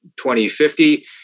2050